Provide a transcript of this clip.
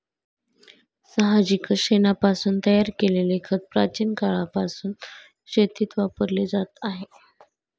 साहजिकच शेणापासून तयार केलेले खत प्राचीन काळापासून शेतीत वापरले जात आहे